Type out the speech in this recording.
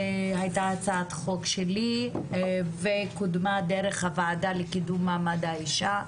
הייתה הצעת חוק שלי וקודמה דרך הוועדה לקידום מעמד האישה,